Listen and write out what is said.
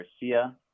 Garcia